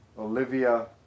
Olivia